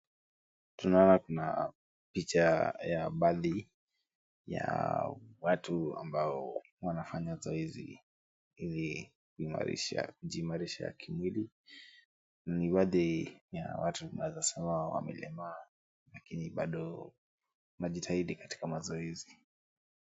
Tunaona kuna picha ya baadhi ya watu ambao wanafanya zoezi ili kujiimarisha kimwili. Ni baadhi ya watu tunaeza sema wamelemewa lakini bado wanajitahidi katika mazoezi.